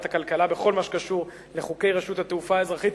הכלכלה בכל מה שקשור לחוקי רשות התעופה האזרחית,